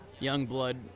Youngblood